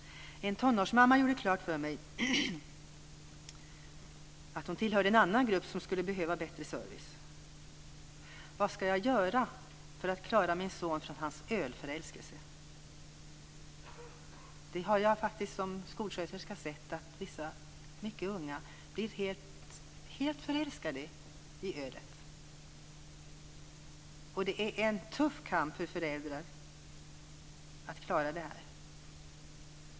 En tonårsmamma gjorde klart för mig att hon tillhörde en annan grupp som skulle behöva bättre service. "Vad ska jag göra för att klara min son från hans ölförälskelse?" Jag har som skolsköterska sett hur vissa unga blir helt förälskade i ölet. Det är en tuff kamp för föräldrar att klara detta.